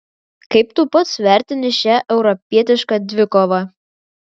kaip tu pats vertini šią europietišką dvikovą